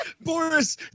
Boris